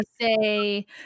say